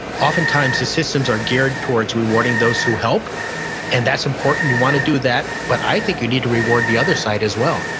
oftentimes, as systems are geared towards rewarding those who help and that's important, you wanna do that, but i think you need to reward the other side as well,